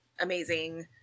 amazing